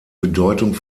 bedeutung